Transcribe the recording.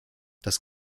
das